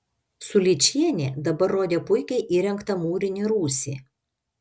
sučylienė dabar rodė puikiai įrengtą mūrinį rūsį